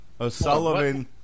O'Sullivan